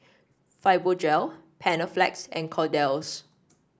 Fibogel Panaflex and Kordel's